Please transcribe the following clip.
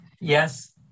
Yes